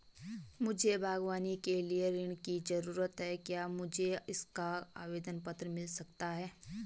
मुझे बागवानी के लिए ऋण की ज़रूरत है क्या मुझे इसका आवेदन पत्र मिल सकता है?